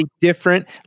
different